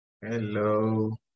Hello